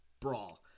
brawl